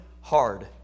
hard